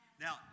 Now